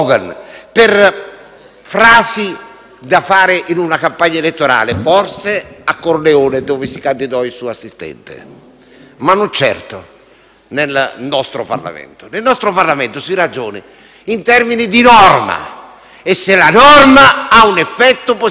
frasi da fare in una campagna elettorale, forse a Corleone dove si candidò il suo assistente, ma non certo nel nostro Parlamento. Nel nostro Parlamento si ragiona in termini di norma e se la norma ha un effetto positivo per i cittadini.